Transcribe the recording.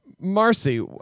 Marcy